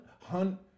hunt